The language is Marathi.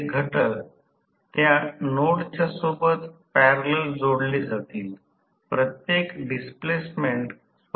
तर हे r2 S j x 2 च्या समांतर j x मीटर आहे